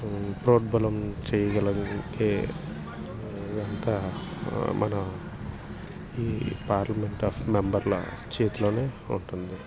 ప్రోడ్బలం చేయగలిగేదంతా మన ఈ పార్లమెంట్ ఆఫ్ మెంబర్ల చేతిలోనే ఉంటుంది